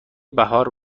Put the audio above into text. بهار